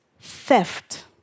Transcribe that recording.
Theft